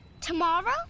Tomorrow